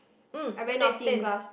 mm same same